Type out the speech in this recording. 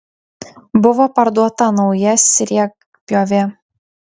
buvo parduota nauja sriegpjovė